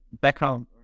Background